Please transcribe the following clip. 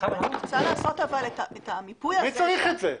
אני רוצה לעשות את המיפוי הזה --- מי צריך את זה?